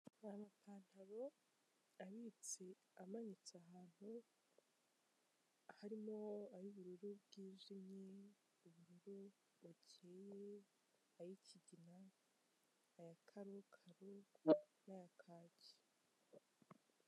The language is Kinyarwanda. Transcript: Amapantaro abitse amanitse ahantu, harimo ay'ubururu bwijimye, ubururu bukeye, ay'ikigina, aya karokaro n'aya kaki.